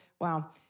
wow